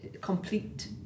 complete